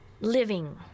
living